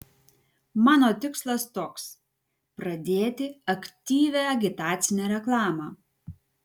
mano tikslas toks pradėti aktyvią agitacinę reklamą